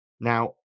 Now